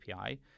API